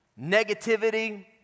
negativity